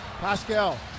Pascal